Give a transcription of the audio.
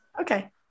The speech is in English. okay